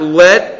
let